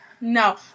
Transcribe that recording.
No